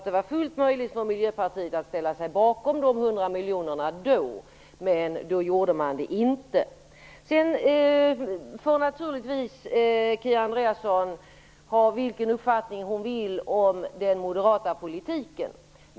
Det var fullt möjligt för Miljöpartiet att ställa sig bakom de 100 miljonerna då, men det gjorde man inte. Kia Andreasson får naturligtvis ha vilken uppfattning hon vill om den moderata politiken.